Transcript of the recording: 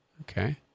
Okay